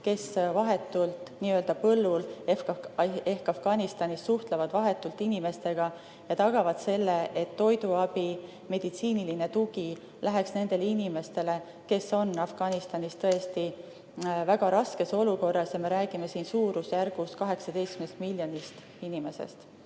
kes nii‑öelda põllul ehk Afganistanis suhtlevad vahetult inimestega ja tagavad selle, et toiduabi ja meditsiiniline tugi läheks nendele inimestele, kes on Afganistanis tõesti väga raskes olukorras. Me räägime suurusjärgus 18 miljonist inimesest.